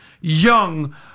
Young